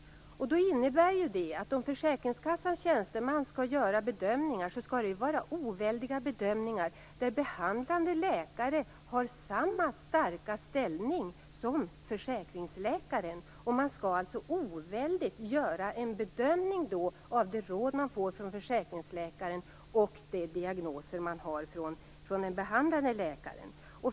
Det innebär ju att om försäkringskassans tjänsteman skall göra bedömningar skall de vara oväldiga, och den behandlande läkaren skall ha samma starka ställning som försäkringsläkaren. Man skall alltså göra en oväldig bedömning av de råd man får från försäkringsläkaren och av de diagnoser man har från den behandlande läkaren.